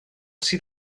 sydd